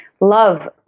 love